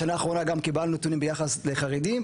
בשנה האחרונה קיבלנו גם נתונים ביחס לחרדים,